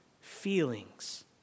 feelings